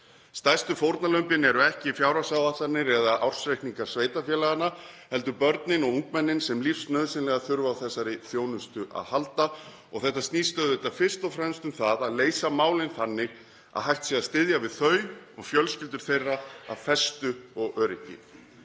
Stærstu fórnarlömbin eru ekki fjárhagsáætlanir eða ársreikningar sveitarfélaganna heldur börnin og ungmennin sem lífsnauðsynlega þurfa á þessari þjónustu að halda. Þetta snýst auðvitað fyrst og fremst um það að leysa málin þannig að hægt sé að styðja við þau og fjölskyldur þeirra af festu og öryggi.